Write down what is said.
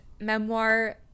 memoir